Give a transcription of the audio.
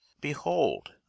behold